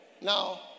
Now